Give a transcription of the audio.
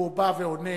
הוא בא ועונה.